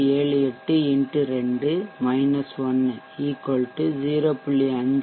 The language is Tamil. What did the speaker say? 78 X 2 1 0